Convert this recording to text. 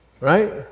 Right